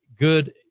good